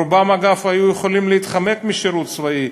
רובם, אגב, היו יכולים להתחמק משירות צבאי.